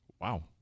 Wow